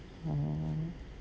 hmm